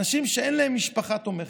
אנשים שאין להם משפחה תומכת,